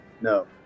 No